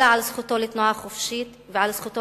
אלא על זכותו לתנועה חופשית ועל זכותו